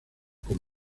con